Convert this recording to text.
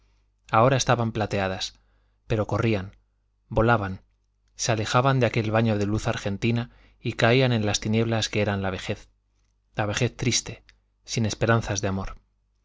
ahora estaban plateadas pero corrían volaban se alejaban de aquel baño de luz argentina y caían en las tinieblas que eran la vejez la vejez triste sin esperanzas de amor